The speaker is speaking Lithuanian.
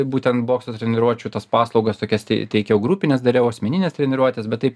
būtent bokso treniruočių tas paslaugas visokias tei teikiau grupines dariau asmeninės treniruotes bet taip